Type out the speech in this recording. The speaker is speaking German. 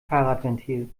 fahrradventil